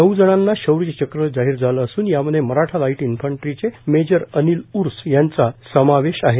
नऊ जणांना शौर्य चक्र जाहीर झालं असून यामध्ये मराठा लाइट इन्फंट्रीचे मेजर अनिल उर्स यांचा समावेश आहे